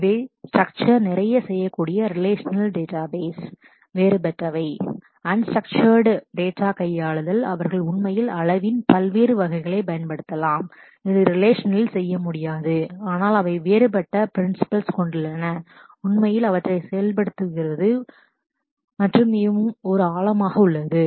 இவை ஸ்ட்ரக்சர் நிறைய செய்யக்கூடிய ரிலேஷனல் டேட்டாபேஸ் relational databases வேறுபட்டவை அன் ஸ்ட்ரக்சர்டு டேட்டா கையாளுதல் அவர்கள் உண்மையில் அளவின் பல்வேறு வகைகளில் பயன்படுத்தலாம் இது ரிலேஷனில் செய்ய முடியாது ஆனால் அவை வேறுபட்ட ப்ரின்சிபிள்ஸ் principles கொண்டுள்ளன உண்மையில் அவற்றை செயல்படுத்துகிறது மற்றும் ஒரு ஆழமாக உள்ளது